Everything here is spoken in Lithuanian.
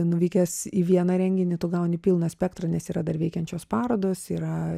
nuvykęs į vieną renginį tu gauni pilną spektrą nes yra dar veikiančios parodos yra